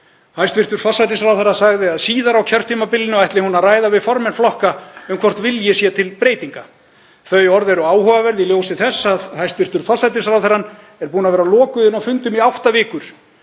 Hæstv. forsætisráðherra sagði að síðar á kjörtímabilinu ætli hún að ræða við formenn flokka um hvort vilji sé til breytinga. Þau orð eru áhugaverð í ljósi þess að hæstv. forsætisráðherra er búin að vera lokuð inni á fundum í átta vikur